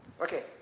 Okay